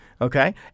Okay